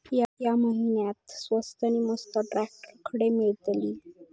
या महिन्याक स्वस्त नी मस्त ट्रॅक्टर खडे मिळतीत?